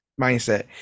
mindset